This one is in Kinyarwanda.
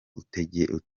utegerejwe